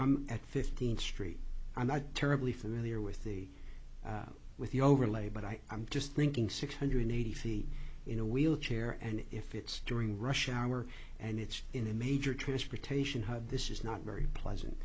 at fifteenth street i'm not terribly familiar with the with the overlay but i i'm just thinking six hundred eighty in a wheelchair and if it's during rush hour and it's in a major transportation hub this is not very pleasant